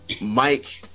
Mike